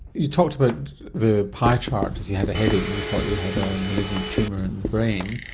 you talked about the pie chart if you had a headache and you thought you had a malignant tumour in the brain,